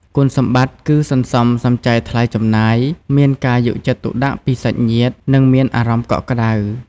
គុណសម្បត្តិគឺសន្សំសំចៃថ្លៃចំណាយ មានការយកចិត្តទុកដាក់ពីសាច់ញាតិ និងមានអារម្មណ៍កក់ក្ដៅ។